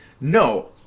no